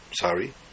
Sorry